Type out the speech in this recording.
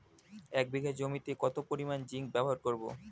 এক বিঘা জমিতে কত পরিমান জিংক ব্যবহার করব?